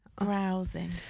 Browsing